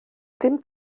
ddim